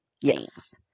Yes